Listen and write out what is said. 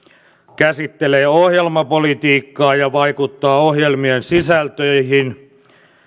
käsittelee ohjelmapolitiikkaa ja vaikuttaa ohjelmien sisältöihin